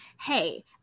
hey